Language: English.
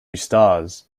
stars